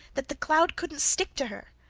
that the cloud couldn't stick to her.